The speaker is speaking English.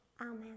Amen